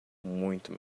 muito